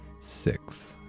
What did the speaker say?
six